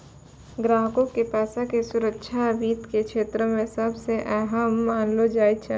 ग्राहको के पैसा के सुरक्षा वित्त के क्षेत्रो मे सभ से अहम मानलो जाय छै